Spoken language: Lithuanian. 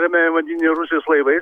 ramiajam vandenyne rusijos laivai